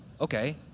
okay